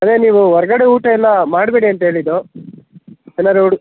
ಅದೇ ನೀವು ಹೊರ್ಗಡೆ ಊಟ ಎಲ್ಲ ಮಾಡಬೇಡಿ ಅಂತೇಳಿದ್ದು ಎಲ್ಲರೂಡು